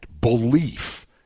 Belief